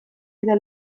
eta